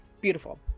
beautiful